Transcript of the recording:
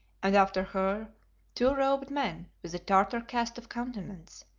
and after her two robed men with a tartar cast of countenance,